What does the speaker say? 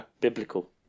Biblical